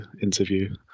interview